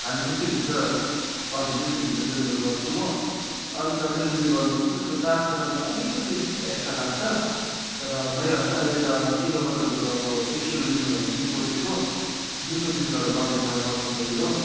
हामी डिस्ट्रिक्टभित्र हजुर डिस्ट्रिक्टभित्र डेलिभर गर्छौँ हो अन्त डेलिभरी गरिदिन्छु त्यसको चार्ज चाहिँ तपाईँलाई अलिकति एक्स्ट्रा लाग्छ तर भइहाल्छ अहिले त किलोको तपाईँको अब एक किलो लिनुभयो भने पोल्ट्रीको दुई सौ बिस गरेर चल्दैछ चल्न चाहिँ हो